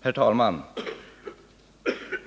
Herr talman!